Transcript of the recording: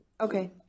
okay